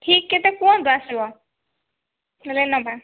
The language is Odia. ଠିକ୍ କେତେ କୁହନ୍ତୁ ଆସିବ ହେଲେ ନେବା